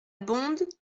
bonde